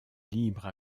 libres